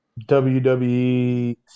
WWE